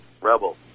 Rebel